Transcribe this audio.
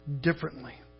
differently